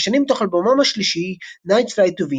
השני מתוך אלבומם השלישי Nightflight to Venus.